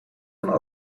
van